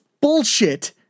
Bullshit